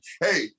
hey